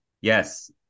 Yes